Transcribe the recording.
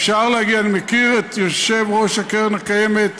אפשר להגיע, אני מכיר את יושב-ראש הקרן הקיימת,